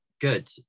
Good